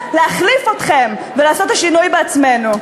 ולהחליף אתכם ולעשות את השינוי בעצמנו.